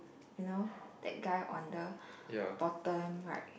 you know that guy on the bottom right